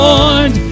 Lord